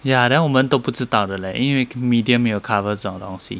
ya then 我们都不知道的 leh 因为 media 没有 cover 这种东西